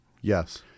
Yes